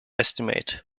estimate